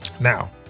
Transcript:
Now